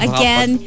Again